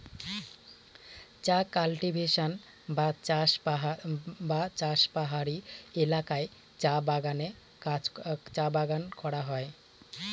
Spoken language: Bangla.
চা কাল্টিভেশন বা চাষ পাহাড়ি এলাকায় চা বাগানে করা হয়